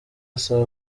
asaba